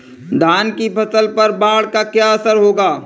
धान की फसल पर बाढ़ का क्या असर होगा?